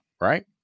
right